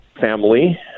family